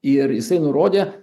ir jisai nurodė